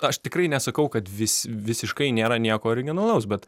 aš tikrai nesakau kad vis visiškai nėra nieko originalaus bet